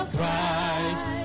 Christ